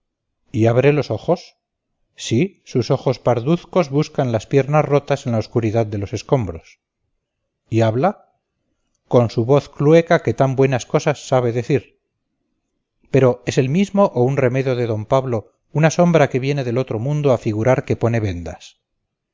y abre los ojos sí sus ojos parduzcos buscan las piernas rotas en la oscuridad de los escombros y habla con su voz clueca que tan buenas cosas sabe decir pero es el mismo o un remedo de don pablo una sombra que viene del otro mundo a figurar que pone vendas